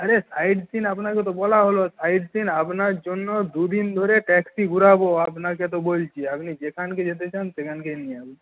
আরে সাইটসিয়িং আপনাকে তো বলা হল সাইটসিয়িং আপনার জন্য দু দিন ধরে ট্যাক্সি ঘোরাব আপনাকে তো বলছি আপনি যেখানে যেতে চান সেখানে নিয়ে যাব